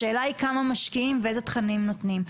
השאלה כמה משקיעים ואיזה תכנים נותנים.